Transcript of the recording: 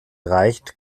reicht